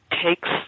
takes